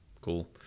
cool